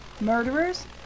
Murderers